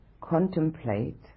contemplate